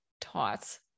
taught